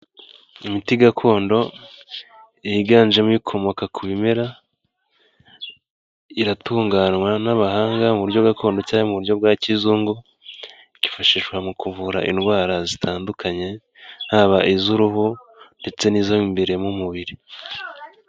Imiti gakondo yiganjemo ikomoka ku bimera, iratunganywa n'abahanga mu buryo gakondo cyangwa mu buryo bwa kizungu, byifashishwa mu kuvura indwara zitandukanye, haba iz'uruhu ndetse n'izo imbere mu mubiri.